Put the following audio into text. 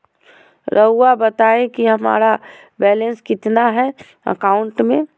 रहुआ बताएं कि हमारा बैलेंस कितना है अकाउंट में?